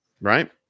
right